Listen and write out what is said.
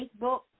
Facebook